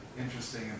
interesting